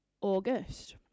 August